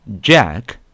Jack